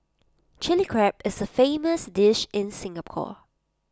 Chilli Crab is A famous dish in Singapore